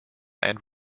and